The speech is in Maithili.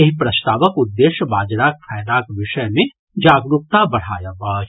एहि प्रस्तावक उद्देश्य बाजराक फायदाक विषय मे जागरूकता बढ़ायब अछि